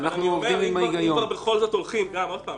אחיו או אחותו של אומן